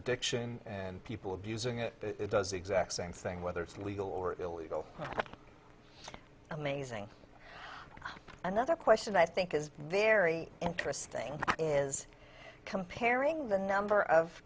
addiction and people abusing it it does the exact same thing whether it's legal or illegal amazing another question i think is very interesting is comparing the number of